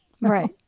Right